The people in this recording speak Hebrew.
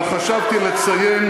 אבל חשבתי לציין,